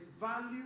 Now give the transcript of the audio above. value